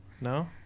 no